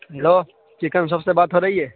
hello chicken shop سے بات ہو رہی ہے